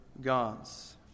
gods